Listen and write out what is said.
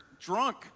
drunk